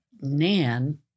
Nan